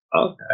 Okay